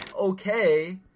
okay